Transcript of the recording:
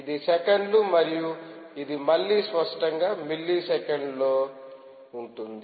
ఇది సెకన్లు మరియు ఇది మళ్ళీ స్పష్టంగా మిల్లీ సెకన్లలో ఉంటుంది